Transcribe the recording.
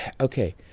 okay